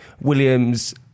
Williams